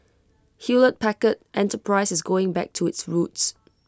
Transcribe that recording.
Hewlett Packard enterprise is going back to its roots